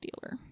dealer